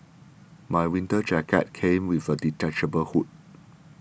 my winter jacket came with a detachable hood